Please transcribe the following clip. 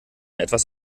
etwas